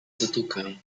zatłukę